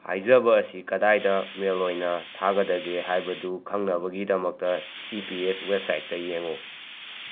ꯍꯥꯏꯖꯕ ꯑꯁꯤ ꯀꯗꯥꯏꯗ ꯃꯦꯜ ꯑꯣꯏꯅ ꯊꯥꯒꯗꯒꯦ ꯍꯥꯏꯕꯗꯨ ꯈꯪꯅꯕꯒꯤꯗꯃꯛꯇ ꯁꯤ ꯄꯤ ꯑꯦꯁ ꯋꯦꯕꯁꯥꯏꯠꯇ ꯌꯦꯡꯎ